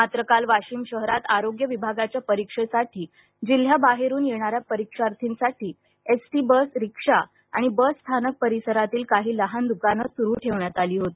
मात्र काल वाशिम शहरात आरोग्य विभागाच्या परीक्षेसाठी जिल्ह्याबाहेरून येणाऱ्या परीक्षार्थींसाठी एस टी बस रिक्षा आणि बस स्थानक परिसरातील काही लहान दूकानं सुरु ठेवण्यात आली होती